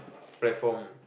platform